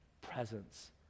presence